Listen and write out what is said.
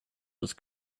with